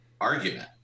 argument